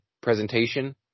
presentation